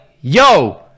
Yo